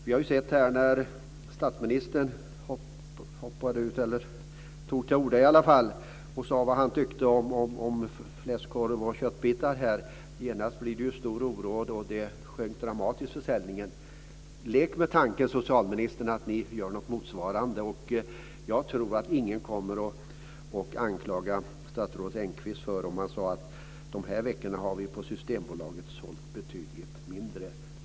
Vi har sett att statsministern tagit till orda och sagt vad han tänker om kött och fläskkorv. Genast uppstod stor oro, och försäljningen sjönk dramatiskt. Lek med tanken, socialministern, att ni gör något motsvarande! Jag tror inte att någon kommer att kritisera statsrådet Engqvist om han kunde säga att man under den aktuella perioden på Systembolaget har sålt betydligt mindre.